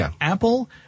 Apple